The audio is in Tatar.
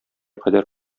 кадәр